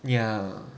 ya